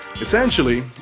Essentially